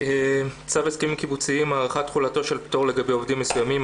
צו הסכמים קיבוציים (הארכת תחולתו של פטור לגבי עובדים מסוימים),